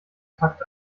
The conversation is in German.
takt